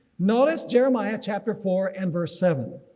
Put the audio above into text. notice jeremiah chapter four and verse seven